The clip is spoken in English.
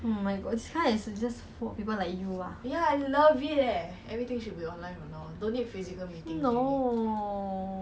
oh oh ya you know now meetings on mondays right that day